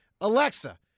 alexa